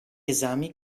esami